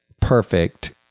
perfect